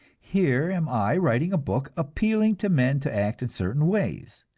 here am i writing a book, appealing to men to act in certain ways.